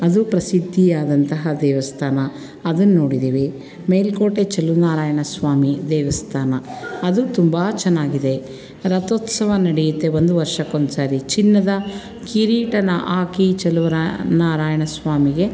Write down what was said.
ಅದು ಪ್ರಸಿದ್ಧಿಯಾದಂತಹ ದೇವಸ್ಥಾನ ಅದನ್ನ ನೋಡಿದ್ದೀವಿ ಮೇಲುಕೋಟೆ ಚೆಲುವ ನಾರಾಯಣ ಸ್ವಾಮಿ ದೇವಸ್ಥಾನ ಅದು ತುಂಬ ಚೆನ್ನಾಗಿದೆ ರಥೋತ್ಸವ ನಡೆಯತ್ತೆ ಒಂದು ವರ್ಷಕ್ಕೊಂದ್ಸರಿ ಚಿನ್ನದ ಕಿರೀಟನ ಹಾಕಿ ಚೆಲುವ ನಾರಾಯಣ ಸ್ವಾಮಿಗೆ